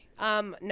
No